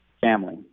family